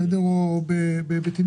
במחשוב בעיקר.